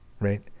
right